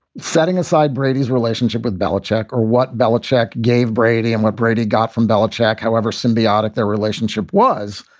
setting aside brady's relationship with belichick or what belichick gave brady and what brady got from belichick, however symbiotic their relationship was.